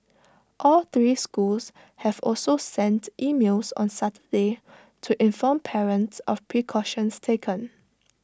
all three schools have also sent emails on Saturday to inform parents of precautions taken